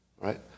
Right